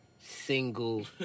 single